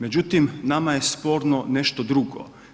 Međutim, nama je sporno nešto drugo.